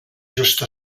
just